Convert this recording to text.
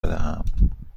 بدهم